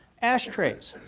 ashtrays.